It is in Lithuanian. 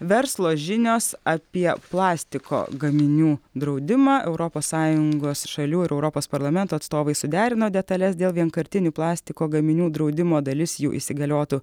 verslo žinios apie plastiko gaminių draudimą europos sąjungos šalių ir europos parlamento atstovai suderino detales dėl vienkartinių plastiko gaminių draudimo dalis jų įsigaliotų